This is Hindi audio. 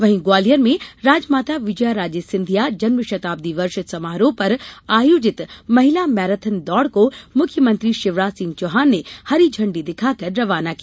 वहीं ग्वालियर मे राजमाता विजयाराजे सिंधिया जन्मशताब्दी वर्ष समारोह पर आयोजित महिला मैराथन दौड़ को मुख्यमंत्री शिवराज सिंह चौहान ने हरी झंडी दिखाकर रवाना किया